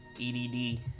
EDD